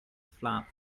flap